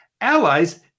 allies